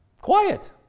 quiet